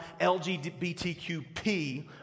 LGBTQP